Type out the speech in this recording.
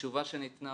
התשובה שניתנה,